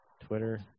Twitter